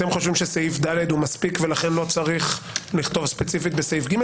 אתם חושבים שסעיף ד הוא מספיק ולכן לא צריך לכתוב ספציפית בסעיף ג?